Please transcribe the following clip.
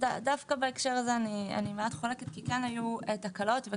אני מעט חולקת בהקשר הזה כי היו תקלות.